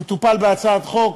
זה מטופל בהצעת חוק.